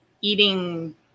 eating